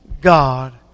God